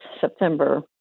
September